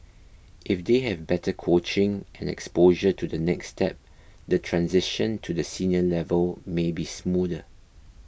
if they have better coaching and exposure to the next step the transition to the senior level may be smoother